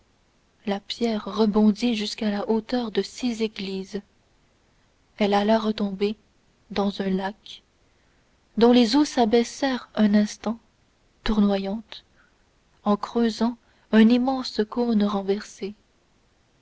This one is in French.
la pierre rebondit jusqu'à la hauteur de six églises elle alla retomber dans un lac dont les eaux s'abaissèrent un instant tournoyantes en creusant un immense cône renversé